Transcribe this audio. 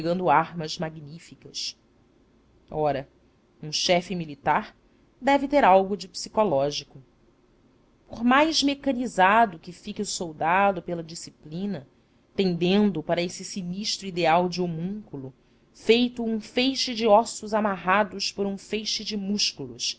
armas magníficas ora um chefe militar deve ter algo de psicólogo por mais mecanizado que fique o soldado pela disciplina tendendo para esse sinistro ideal de homúnculo feito um feixe de ossos amarrados por um feixe de músculos